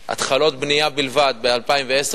על התחלות בנייה בלבד ב-2010,